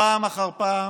פעם אחר פעם